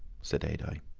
said adye.